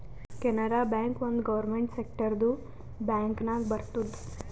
Canara bank ಒಂದ್ government ಸೆಕ್ಟರ್ದು bank ನಾಗ್ ಬರ್ತುದ್